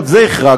על זה החרגנו,